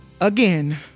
again